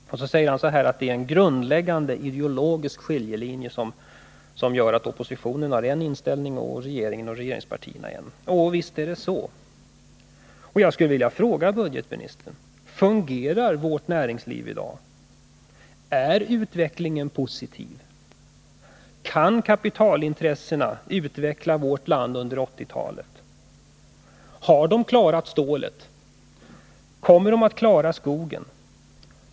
Budgetministern säger att det är en grundläggande ideologisk skiljelinje som gör att oppositionen har eniinställning och regeringen och regeringspartierna en annan. Ja, visst är det så. Jag skulle vilja fråga budgetministern: Fungerar vårt näringsliv i dag? Är utvecklingen positiv? Kan kapitalintressena utveckla vårt land under 1980-talet? Har de klarat stålet? Kommer de att klara skogen?